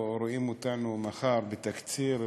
או רואים אותנו מחר בתקציר,